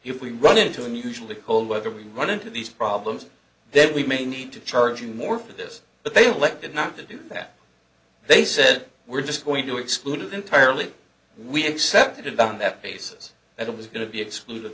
if we run into unusually cold weather we run into these problems then we may need to charge you more for this but they let it not to do that they said we're just going to exclude it entirely we accepted it on that basis that it was going to be excluded